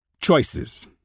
Choices